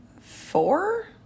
Four